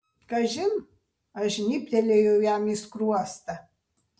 kažin aš žnybtelėjau jam į skruostą